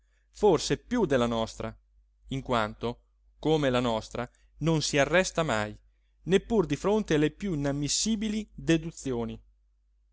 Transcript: forse piú della nostra in quanto come la nostra non si arresta mai neppur di fronte alle piú inammissibili deduzioni